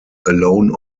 alone